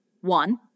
one